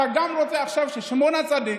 ואתה גם רוצה עכשיו ששמעון הצדיק,